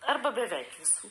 arba beveik visų